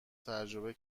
تجربه